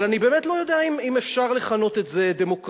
אבל אני באמת לא יודע אם אפשר לכנות את זה דמוקרטיה.